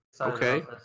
okay